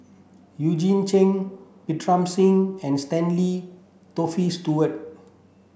Eugene Chen Singh and Stanley Toft Stewart